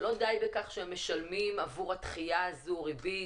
לא די בכך שהם משלמים עבור הדחיה הזו ריבית,